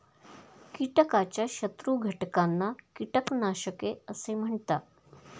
कीटकाच्या शत्रू घटकांना कीटकनाशके असे म्हणतात